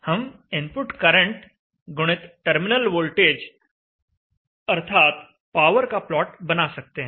हम input current गुणित terminal voltage अर्थात पावर का प्लॉट बना सकते हैं